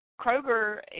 Kroger